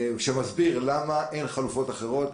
שמסביר למה אין חלופות אחרות,